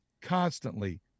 constantly